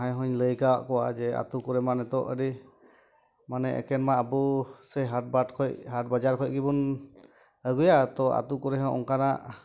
ᱡᱟᱦᱟᱭ ᱦᱚᱧ ᱞᱟᱹᱭ ᱠᱟᱣᱟᱜ ᱠᱚᱣᱟ ᱡᱮ ᱟᱛᱳ ᱠᱚᱨᱮ ᱢᱟ ᱱᱤᱛᱚᱜ ᱟᱹᱰᱤ ᱢᱟᱱᱮ ᱮᱠᱮᱱ ᱢᱟ ᱟᱵᱚ ᱥᱮ ᱦᱟᱴᱵᱟᱴ ᱠᱷᱚᱡ ᱦᱟᱴᱵᱟᱡᱟᱨ ᱠᱷᱚᱡᱜᱮᱵᱚᱱ ᱟᱹᱜᱩᱭᱟ ᱛᱚ ᱟᱛᱳ ᱠᱚᱨᱮ ᱦᱚᱸ ᱚᱱᱠᱟᱱᱟᱜ